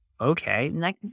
okay